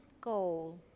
goal